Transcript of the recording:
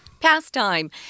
Pastime